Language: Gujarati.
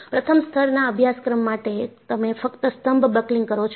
પ્રથમ સ્તરના અભ્યાશ્ક્ર્મ માટે તમે ફક્ત સ્તંભ બકલિંગ કરો છો